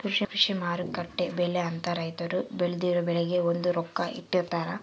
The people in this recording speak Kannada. ಕೃಷಿ ಮಾರುಕಟ್ಟೆ ಬೆಲೆ ಅಂತ ರೈತರು ಬೆಳ್ದಿರೊ ಬೆಳೆಗೆ ಒಂದು ರೊಕ್ಕ ಇಟ್ಟಿರ್ತಾರ